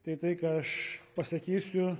tai tai ką aš pasakysiu